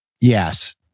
yes